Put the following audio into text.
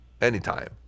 Anytime